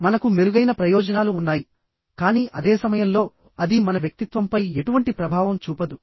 మనకు మెరుగైన ప్రయోజనాలు ఉన్నాయి కానీ అదే సమయంలో అది మన వ్యక్తిత్వంపై ఎటువంటి ప్రభావం చూపదు